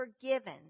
forgiven